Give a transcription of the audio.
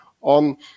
on